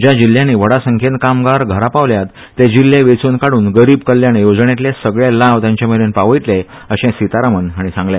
ज्या जिल्ह्यानी व्हडा संख्येन कामगार घरांपावल्यात ते जिल्हे वेचून काडून गरीब कल्याण येवजणेतले सगळे लाव तांचे मेरेन पावयतले अशे सितारामन हांणी सांगले